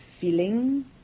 feeling